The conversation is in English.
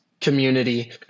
community